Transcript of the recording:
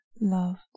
loved